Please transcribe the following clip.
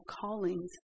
callings